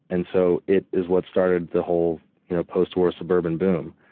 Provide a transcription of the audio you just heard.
and so, it is what started the whole you know post war suburban boom,